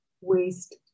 waste